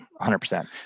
100